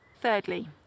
Thirdly